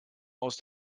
aus